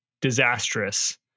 disastrous